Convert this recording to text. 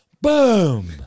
boom